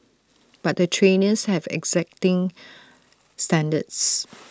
but the trainers have exacting standards